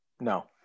No